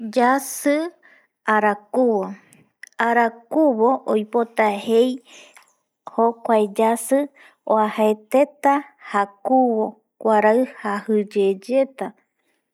Yasɨ ara kuvo, arakubo oipota jei jokuae yasi uajaete ta jakubo kuarai jaji yeye ta